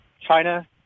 China